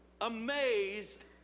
amazed